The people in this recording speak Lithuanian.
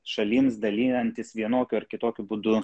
šalims dalijantis vienokiu ar kitokiu būdu